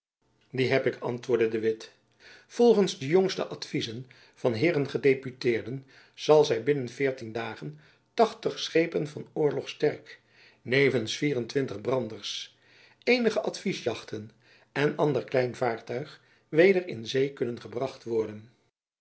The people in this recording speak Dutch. die heb ik antwoordde de witt volgends de jongste advyzen van heeren gedeputeerden zal zy jacob van lennep elizabeth musch binnen veertien dagen tachtig schepen van oorlog sterk nevens vier-en-twintig branders eenige advies jachten en ander klein vaartuig weder in zee kunnen gebracht worden